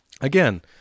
Again